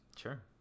Sure